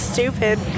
Stupid